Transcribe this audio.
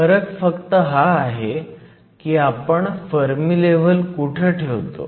फरक फक्त हा आहे की आपण फर्मी लेव्हल कुठं ठेवतो